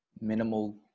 minimal –